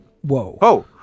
Whoa